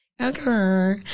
Okay